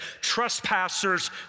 trespassers